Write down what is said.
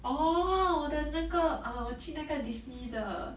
orh 我的那个 orh 我去那个 Disney 的